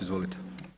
Izvolite.